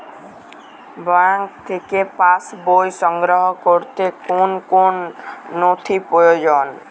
Bank থেকে pass বই সংগ্রহ করতে কোন কোন নথি প্রয়োজন?